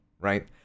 right